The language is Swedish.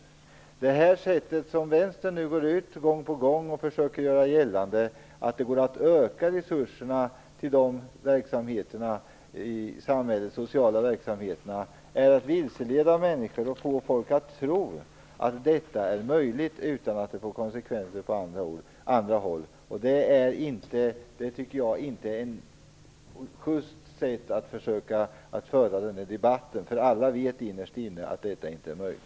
Vänstern går nu ut och försöker gång på gång göra gällande att det går att öka resurserna till de sociala verksamheterna i samhället. Det är att vilseleda människor och få folk att tro att detta är möjligt utan att det får konsekvenser på andra håll. Jag tycker inte att det är ett sjyst sätt att föra den här debatten på, för alla vet innerst inne att detta inte är möjligt.